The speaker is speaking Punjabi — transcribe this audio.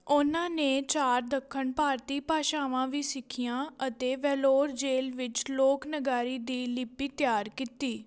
ਉਹਨਾਂ ਨੇ ਚਾਰ ਦੱਖਣ ਭਾਰਤੀ ਭਾਸ਼ਾਵਾਂ ਵੀ ਸਿੱਖੀਆਂ ਅਤੇ ਵੇਲੋਰ ਜੇਲ੍ਹ ਵਿੱਚ ਲੋਕ ਨਗਾਰੀ ਦੀ ਲਿਪੀ ਤਿਆਰ ਕੀਤੀ